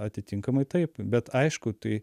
atitinkamai taip bet aišku tai